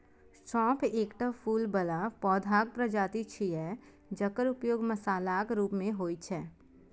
सौंफ एकटा फूल बला पौधाक प्रजाति छियै, जकर उपयोग मसालाक रूप मे होइ छै